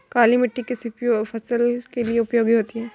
काली मिट्टी किस फसल के लिए उपयोगी होती है?